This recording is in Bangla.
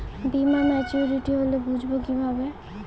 বীমা মাচুরিটি হলে বুঝবো কিভাবে?